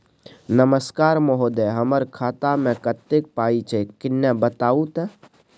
नमस्कार महोदय, हमर खाता मे कत्ते पाई छै किन्ने बताऊ त?